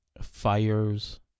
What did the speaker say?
fires